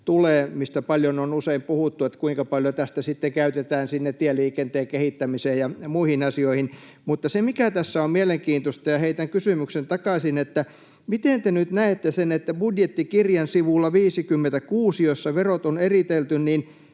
mistä on paljon usein puhuttu, kuinka paljon tästä sitten käytetään tieliikenteen kehittämiseen ja muihin asioihin. Mutta se, mikä tässä on mielenkiintoista, ja heitän kysymyksen takaisin: miten te nyt näette sen, että budjettikirjan sivulla 56, jossa verot on eritelty, tänä